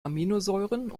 aminosäuren